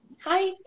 Hi